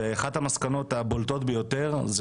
אחת המסקנות הבולטות ביותר זה